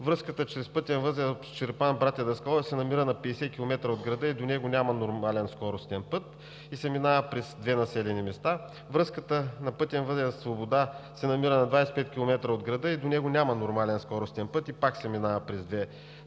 връзката чрез пътен възел Чирпан – Братя Даскалови се намира на 50 км от града и до него няма нормален скоростен път – минава се през две населени места. Връзката на пътен възел Свобода се намира на 25 км от града и до него няма нормален скоростен път – пак се минава през две населени места: